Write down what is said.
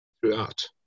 throughout